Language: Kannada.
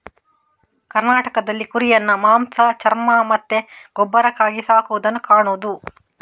ಕರ್ನಾಟಕದಲ್ಲಿ ಕುರಿಯನ್ನ ಮಾಂಸ, ಚರ್ಮ ಮತ್ತೆ ಗೊಬ್ಬರಕ್ಕಾಗಿ ಸಾಕುದನ್ನ ಕಾಣುದು